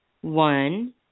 one